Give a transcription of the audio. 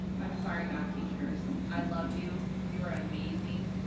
i'm sorry math teachers. i love you you are amazing,